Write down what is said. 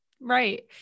right